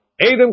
Adam